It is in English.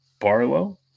Barlow